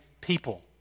people